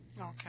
Okay